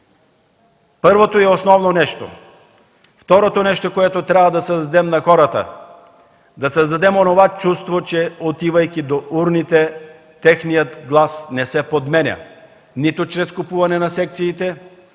първото и основно нещо. Второто, което трябва да създадем на хората, е да им създадем онова чувство, че отивайки до урните, техният глас не се подменя – нито чрез купуване на секциите,